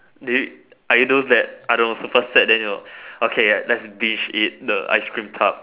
eh are you those that are the super sad then your okay right let's dish it the ice cream tub